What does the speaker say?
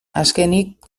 azkenik